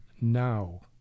now